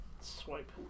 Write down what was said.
swipe